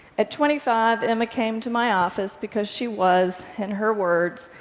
at twenty five, emma came to my office because she was, in her words,